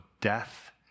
death